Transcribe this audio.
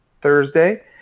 Thursday